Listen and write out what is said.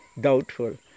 doubtful